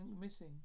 missing